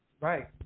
right